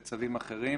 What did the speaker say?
אנשי הממלכה,